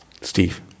Steve